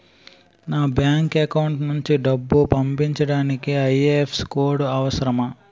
నా bank account నుంచి డబ్బు పంపించడానికి ఐ.ఎఫ్.ఎస్.సి కోడ్ అవసరమా?